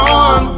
on